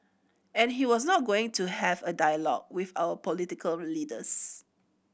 and he was not going to have a dialogue with our political leaders